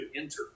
enter